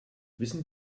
wissen